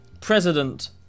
President